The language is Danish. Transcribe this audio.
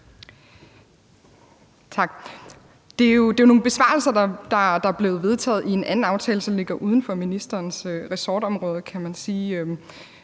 Det er jo nogle besparelser, der er blevet vedtaget i en anden aftale, som ligger uden for ministerens ressortområde,